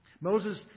Moses